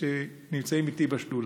שנמצאים איתי בשדולה.